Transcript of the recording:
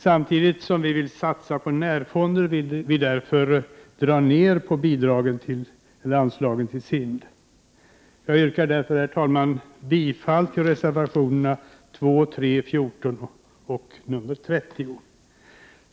Samtidigt som vi vill satsa på närfonder vill vi därför dra ner på anslagen till SIND. Jag yrkar därför bifall till reservationerna 2, 3, 14 och 30.